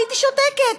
הייתי שותקת.